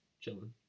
chilling